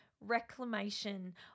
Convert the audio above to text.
reclamation